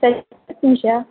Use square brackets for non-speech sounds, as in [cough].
[unintelligible]